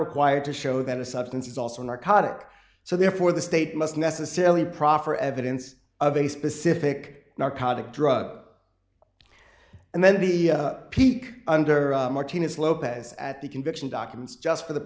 required to show that a substance is also a narcotic so therefore the state must necessarily proffer evidence of a specific narcotic drug and then the peek under martinez lopez at the conviction documents just for the